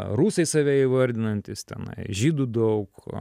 rusai save įvardinantys tenai žydų daug